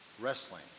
wrestling